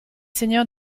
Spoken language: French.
seigneurs